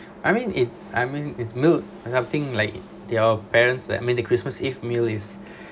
I mean if I mean if meal something like your parents I mean the christmas eve meal is